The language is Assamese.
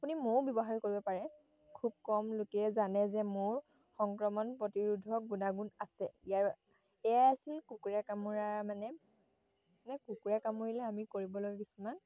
আপুনি মৌ ব্যৱহাৰ কৰিব পাৰে খুব কম লোকে জানে যে মোৰ সংক্ৰমণ প্ৰতিৰোধক গুণাগুণ আছে ইয়াৰ এয়াই আছিল কুকুৰে কামোৰা মানে মানে কুকুৰা কামুৰিলে আমি কৰিবলগীয়া কিছুমান কাম